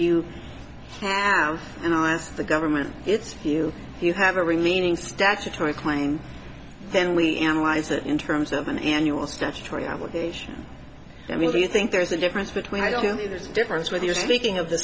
i asked the government it's you you have a remaining statutory claim then we analyze that in terms of an annual statutory obligation i mean do you think there's a difference between i don't know if there's a difference whether you're speaking of the